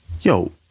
Yo